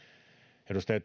edustaja